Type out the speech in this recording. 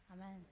Amen